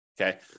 Okay